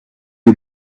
you